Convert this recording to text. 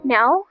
Now